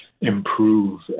improve